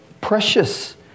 precious